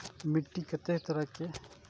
मिट्टी कतेक तरह के?